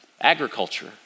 agriculture